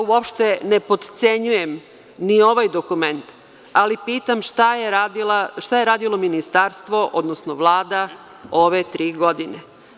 Uopšte ne potcenjujem ni ovaj dokument ali pitam šta je radilo ministarstvo, odnosno Vlada ove tri godine?